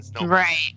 Right